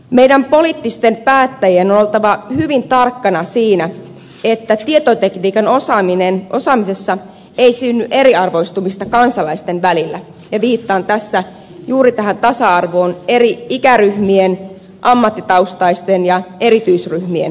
meidän poliittisten päättäjien on oltava hyvin tarkkana siinä että tietotekniikan osaamisessa ei synny eriarvoistumista kansalaisten välillä ja viittaan tässä juuri tähän tasa arvoon eri ikäryhmien ammattitaustaisten ja erityisryhmien kanssa